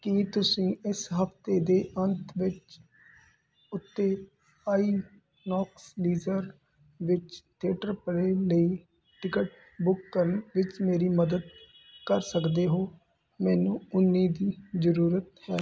ਕੀ ਤੁਸੀਂ ਇਸ ਹਫ਼ਤੇ ਦੇ ਅੰਤ ਵਿਚ ਉੱਤੇ ਆਈਨੌਕਸ ਲੀਜ਼ਰ ਵਿਚ ਥੀਏਟਰ ਪਲੇਅ ਲਈ ਟਿਕਟ ਬੁੱਕ ਕਰਨ ਵਿੱਚ ਮੇਰੀ ਮਦਦ ਕਰ ਸਕਦੇ ਹੋ ਮੈਨੂੰ ਉੱਨੀ ਦੀ ਜ਼ਰੂਰਤ ਹੈ